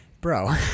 Bro